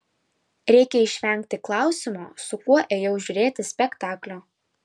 reikia išvengti klausimo su kuo ėjau žiūrėti spektaklio